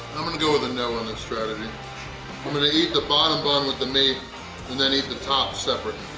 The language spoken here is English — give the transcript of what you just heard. i'm gonna go with a no on this strategy. i'm gonna eat the bottom bun with the meat and then eat the top separately.